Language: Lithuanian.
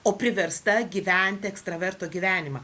o priversta gyventi ekstraverto gyvenimą